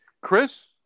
Chris